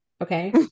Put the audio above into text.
Okay